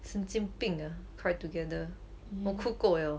神经病 ah cry together 我哭够了